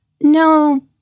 No